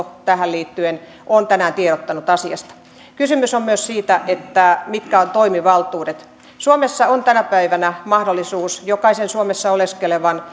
tähän liittyen on tänään tiedottanut asiasta kysymys on myös siitä mitkä ovat toimivaltuudet suomessa on tänä päivänä mahdollisuus jokaisen suomessa oleskelevan